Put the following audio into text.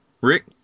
Rick